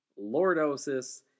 lordosis